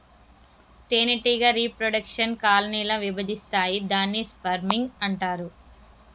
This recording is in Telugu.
తేనెటీగ రీప్రొడెక్షన్ కాలనీ ల విభజిస్తాయి దాన్ని స్వర్మింగ్ అంటారు